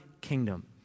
kingdom